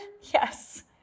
Yes